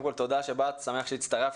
תודה שבאת, שמח שהצטרפת.